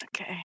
Okay